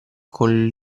con